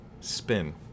spin